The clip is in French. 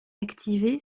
activé